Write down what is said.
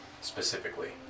specifically